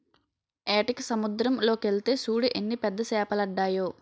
ఏటకి సముద్దరం లోకెల్తే సూడు ఎన్ని పెద్ద సేపలడ్డాయో